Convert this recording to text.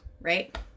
right